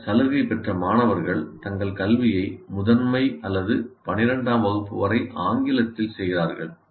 சில சலுகை பெற்ற மாணவர்கள் தங்கள் கல்வியை முதன்மை முதல் 12 ஆம் வகுப்பு வரை ஆங்கிலத்தில் செய்கிறார்கள்